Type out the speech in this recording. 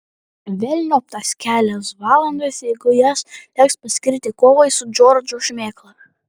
velniop tas kelias valandas jeigu jas teks paskirti kovai su džordžo šmėkla